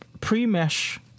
pre-mesh